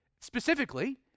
Specifically